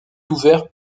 ouvert